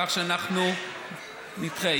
כך שאנחנו נדחה.